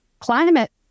Climate